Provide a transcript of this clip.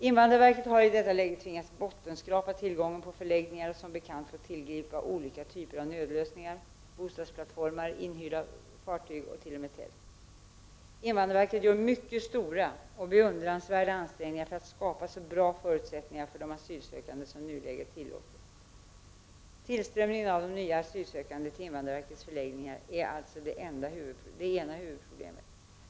Invandrarverket har i detta läge tvingats bottenskrapa tillgången på förläggningar och som bekant fått tillgripa olika typer av nödlösningar: bostadsplattformar, inhyrda fartyg och t.o.m. tält. Invandrarverket gör mycket stora och beundransvärda ansträngningar för att skapa så bra förutsättningar för de asylsökande som nuläget tillåter. Tillströmningen av nya asylsökande till invandrarverkets förläggningar är alltså det ena huvudproblemet.